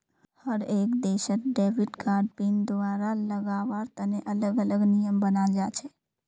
हर एक देशत debit card pin दुबारा लगावार तने अलग अलग नियम बनाल जा छे